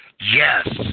Yes